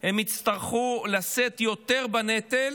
הם יצטרכו לשאת יותר בנטל,